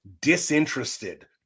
disinterested